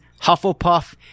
Hufflepuff